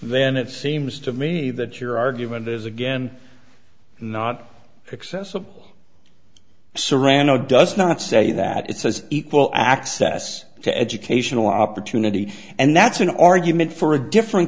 then it seems to me that your argument is again not accessible serrano does not say that it says equal access to educational opportunity and that's an argument for a different